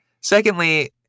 Secondly